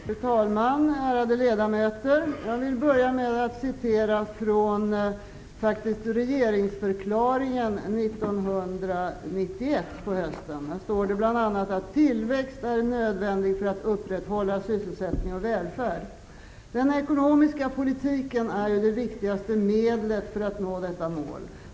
Fru talman! Ärade ledamöter! Jag vill börja med att citera regeringsförklaringen från hösten 1991. Där står det bl.a.: ''Tillväxt är nödvändig för att upprätthålla sysselsättning och välfärd.'' Den ekonomiska politiken är ju det viktigaste medlet för att nå detta mål.